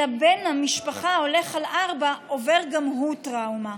אלא בן המשפחה ההולך על ארבע עובר גם הוא טראומה.